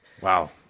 Wow